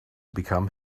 become